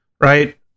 Right